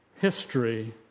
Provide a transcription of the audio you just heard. History